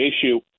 issue